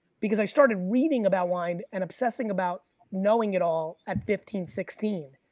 because i started reading about wine and obsessing about knowing it all at fifteen, sixteen,